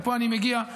ופה אני מגיע לשאלתך,